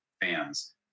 fans